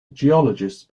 geologists